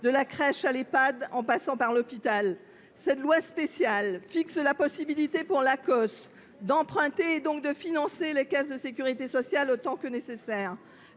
de la crèche à l’Ehpad, en passant par l’hôpital. Ce projet de loi spéciale prévoit la possibilité pour l’Acoss d’emprunter, donc de financer les caisses de sécurité sociale autant que nécessaire.